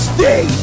Stay